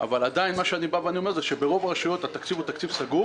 אני אומר שברוב הרשויות התקציב הוא תקציב סגור